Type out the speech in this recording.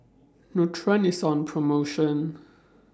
Nutren IS on promotion